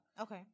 Okay